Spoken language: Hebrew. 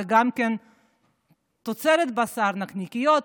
זה גם כן תוצרת בשר: נקניקיות,